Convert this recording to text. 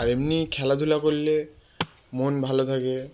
আর এমনি খেলাধুলা করলে মন ভালো থাকে